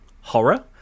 horror